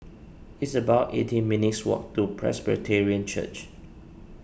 it's about eighteen minutes' walk to Presbyterian Church